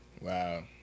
wow